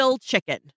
chicken